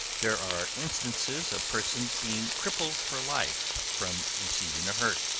there are instances of persons being cripples for life, from receiving a hurt,